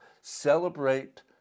celebrate